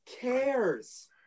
cares